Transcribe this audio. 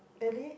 early